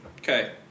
Okay